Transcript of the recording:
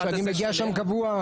שאני מגיע לשם קבוע.